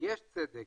יש צדק.